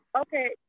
Okay